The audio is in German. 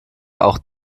auch